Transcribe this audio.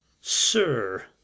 sir